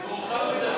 מאוחר מדי.